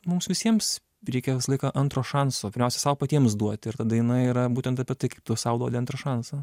mums visiems reikia visą laiką antro šanso pirmiausia sau patiems duoti ir ta daina yra būtent apie tai kaip tu sau duodi antrą šansą